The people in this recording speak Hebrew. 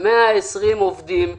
על 120 עובדים בפריפריה,